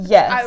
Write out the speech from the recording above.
Yes